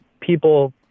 people